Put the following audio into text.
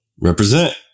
Represent